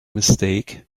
mistake